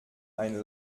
ein